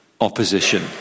opposition